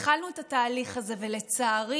התחלנו את התהליך הזה, ולצערי,